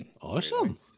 Awesome